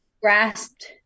grasped